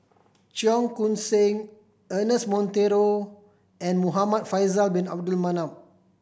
Cheong Koon Seng Ernest Monteiro and Muhamad Faisal Bin Abdul Manap